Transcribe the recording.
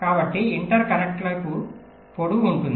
కాబట్టి ఇంటర్ కనెక్షన్లకు పొడవు ఉంటుంది